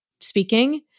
speaking